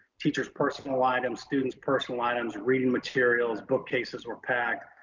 teachers' personal items, students' personal items, reading materials, bookcases were packed.